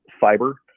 fiber